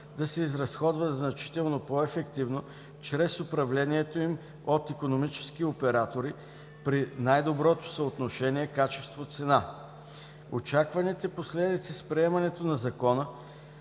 да се изразходват значително по-ефективно чрез управлението им от икономически оператори при най-доброто съотношение качество-цена. Очакваните последици с приемането на Закона